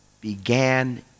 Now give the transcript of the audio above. began